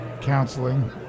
counseling